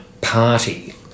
party